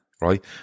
Right